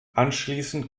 anschließend